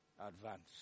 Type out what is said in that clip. advance